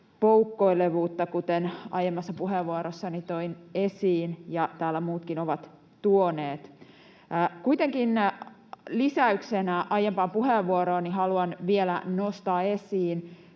poukkoilevuutta, kuten aiemmassa puheenvuorossani toin esiin ja täällä muutkin ovat tuoneet. Kuitenkin lisäyksenä aiempaan puheenvuorooni haluan vielä nostaa esiin